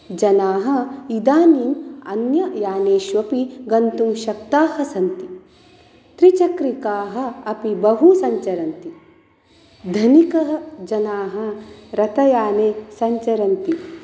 जनाः इदानीम् अन्ययानेषु अपि गन्तुं शक्ताः सन्ति त्रिचक्रिकाः अपि बहु संचरन्ति धनिकजनाः रथयाने संचरन्ति